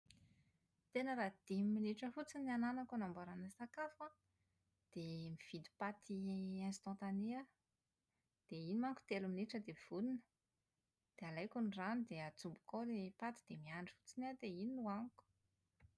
Tena raha dimy minitra fotsiny no ananako anamboarana sakafo an, dia mividy paty instantannée aho. Dia iny manko telo minitra dia vonona. Dia alaiko ny rano dia ajoboko ao ny paty dia miandry fotsiny aho dia iny no haniko.